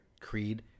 creed